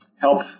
help